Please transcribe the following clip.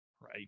Right